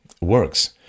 works